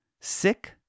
sick